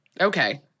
Okay